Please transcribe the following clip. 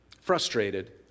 frustrated